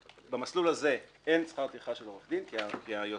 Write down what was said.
במסלול הזה אין שכר טרחה של עורך דין כי היוזמה